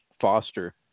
Foster